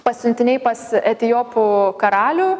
pasiuntiniai pas etiopų karalių